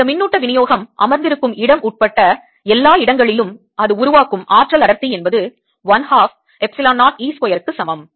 இந்த மின்னூட்ட விநியோகம் அமர்ந்திருக்கும் இடம் உட்பட எல்லா இடங்களிலும் அது உருவாக்கும் ஆற்றல் அடர்த்தி என்பது 1 ஹாஃப் எப்சிலான் 0 E ஸ்கொயர் க்கு சமம்